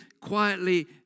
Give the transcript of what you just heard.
quietly